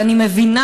אבל אני מבינה,